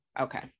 Okay